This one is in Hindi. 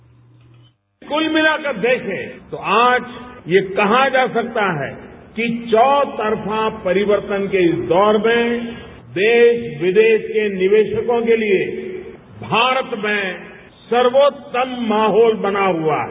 बाईट प्रधानमंत्री कुल मिलाकर देखें तो आज ये कहा जा सकता है कि चौतरफा परिवर्तन के इस दौर में देश विदेश के निवेशकों के लिए भारत में सर्वोत्तम माहौल बना हुआ है